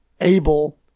able